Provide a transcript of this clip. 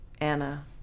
Anna